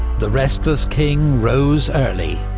the restless king rose early,